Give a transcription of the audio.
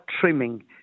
trimming